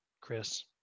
Chris